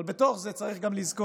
אבל בתוך זה, צריך גם לזכור